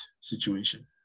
situation